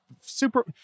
Super –